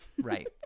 Right